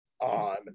on